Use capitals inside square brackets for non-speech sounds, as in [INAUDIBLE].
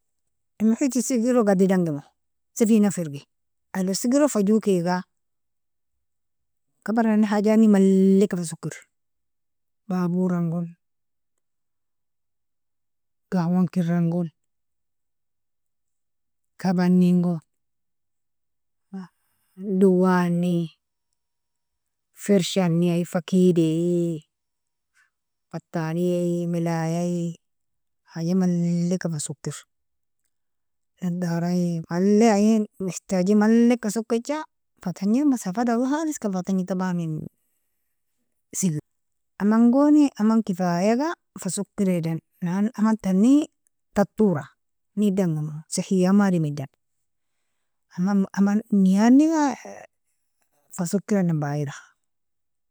Inmohiti sigirlog didangimo, sifina firgi ailon sigirlog fa jokiga kabarani hajani malika fa soker, baborangon, gahwan kerangon kabanigon, [HESITATION] dawaini firshani ai fakidi bataniai milayai, haja maleka fa soker nadarai maleka ayin mohtaji malika sokija fatanji masafa dawoi khalis fatanji taban [HESITATION] in sigir amangoni amang kefiaga fasokira idan amantani tatura nedangemo sihiamo adam idan aman neiadniga [HESITATION] fasokera idan baira.